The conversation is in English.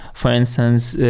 for instance,